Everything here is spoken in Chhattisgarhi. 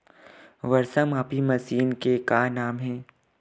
वर्षा मापी मशीन के का नाम हे?